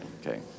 okay